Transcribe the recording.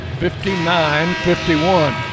59-51